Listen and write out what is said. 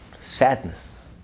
sadness